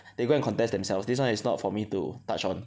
they go and contest themselves this one is not for me to touch on